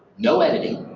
no editing,